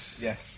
yes